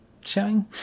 Showing